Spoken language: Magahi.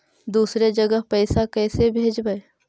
दुसरे जगह पैसा कैसे भेजबै?